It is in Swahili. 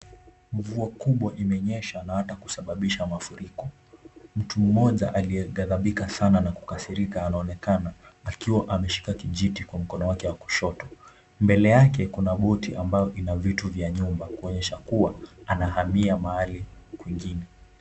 Mvua kubwa imenyesha na hata kusababisha mafuriko. Mtu mmoja aliyeghadhabika sana na kukasirika anaonekana akiwa ameshika kijiti kwa mkono wake wa kushoto. Mbele yake kuna boti ambayo ina vitu vya nyumba kuonyesha kuwa anahamia mahali kwingine.